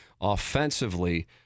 Offensively